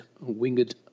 winged